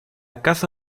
casa